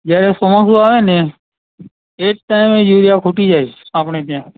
જ્યારે ચોમાસું આવે ને એ જ ટાઈમે યુરિયા ખૂટી જાય છે આપણે ત્યાં